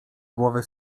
głowy